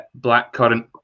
blackcurrant